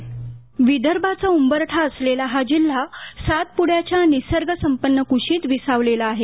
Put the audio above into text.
व्हीसीध्वनी विदर्भाचा उंबरठा असलेला हा जिल्हा सातपुड्याच्या निसर्गसंपन्न कुशीत विसावलेला आहे